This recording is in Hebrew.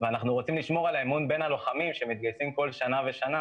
ואנחנו רוצים לשמור על אמון בין הלוחמים שמתגייסים כל שנה ושנה